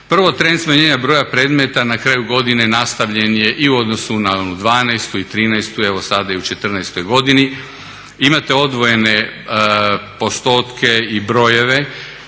Prvo trend smanjenja broja predmeta na kraju godine nastavljen je i u odnosu na onu '12., i '13., evo sada i u '14. godini. Imate odvojene postotke i brojeve